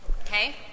Okay